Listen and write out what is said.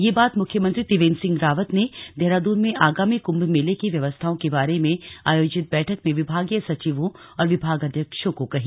यह बात मुख्यमंत्री त्रिवेन्द्र सिंह रावत ने देहरादून में आगामी कुंभ मेले की व्यवस्थाओं के बारे में आयोजित बैठक में विभागीय सचिवों और विभागाध्यक्षों को कही